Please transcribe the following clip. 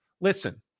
Listen